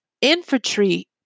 infantry